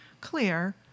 clear